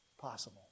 possible